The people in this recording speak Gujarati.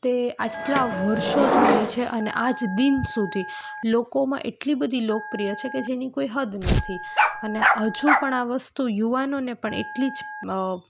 તે આટલા વર્ષો જૂની છે અને આજ દિન સુધી લોકોમાં એટલી બધી લોકપ્રિય છે કે જેની કોઈ હદ નથી અને હજુ પણ આ વસ્તુ યુવાનોને પણ એટલી જ